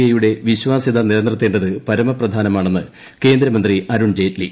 ഐയുടെ വിശ്വാസൃത നിലനിർത്തേണ്ടത് പരമപ്രധാനമാണെന്നു കേന്ദ്ര മന്ത്രി അരുൺ ജെയ്റ്റ്ലി